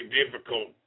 difficult